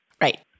right